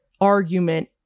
argument